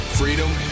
freedom